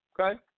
okay